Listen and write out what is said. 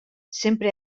sempre